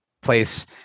place